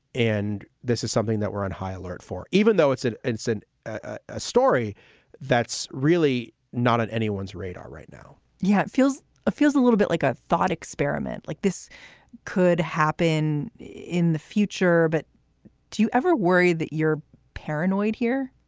and this is something that we're on high alert for, even though it's an instant a story that's really not on anyone's radar right now yeah, feels ah feels a little bit like a thought experiment like this could happen in the future. but do you ever worry that you're paranoid here?